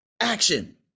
action